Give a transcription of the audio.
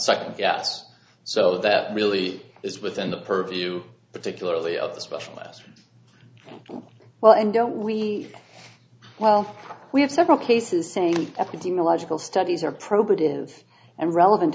second yes so that really is within the purview particularly of the specialist well and don't we well we have several cases saying epidemiological studies are probative and relevant